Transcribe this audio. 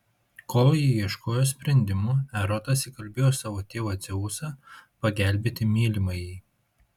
kol ji ieškojo sprendimo erotas įkalbėjo savo tėvą dzeusą pagelbėti mylimajai